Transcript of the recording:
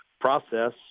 process